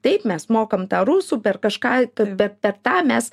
taip mes mokam tą rusų per kažką kad pe per tą mes